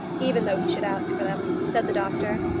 even though he should ask for them, said the doctor.